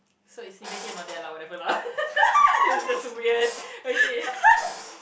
so is in the hell or that whatever lah it's just weird